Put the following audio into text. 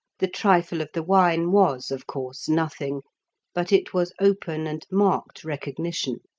the trifle of the wine was, of course, nothing but it was open and marked recognition.